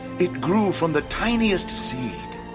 it grew from the tiniest seed.